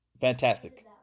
fantastic